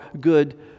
good